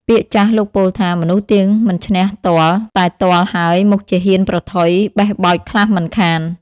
ពាក្យចាស់លោកពោលថា មនុស្សទៀងមិនឈ្នះទ័ល តែទ័លហើយ មុខជាហ៊ានប្រថុយបេះបោចខ្លះមិនខាន ។